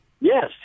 Yes